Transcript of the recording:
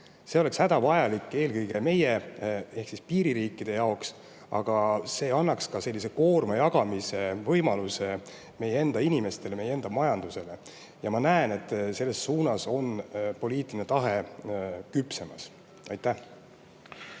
See oleks hädavajalik eelkõige meie ehk piiririikide jaoks, aga see annaks ka sellise koormuse jagamise võimaluse meie enda inimestele ja majandusele, ja ma näen, et selles suunas on poliitiline tahe küpsemas. Aitäh!